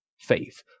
faith